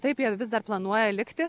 taip jie vis dar planuoja likti